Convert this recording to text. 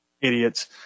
idiots